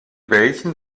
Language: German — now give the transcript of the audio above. welchen